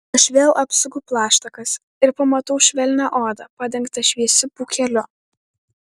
aš vėl apsuku plaštakas ir pamatau švelnią odą padengtą šviesiu pūkeliu